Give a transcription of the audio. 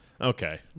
Okay